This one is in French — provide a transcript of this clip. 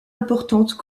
importante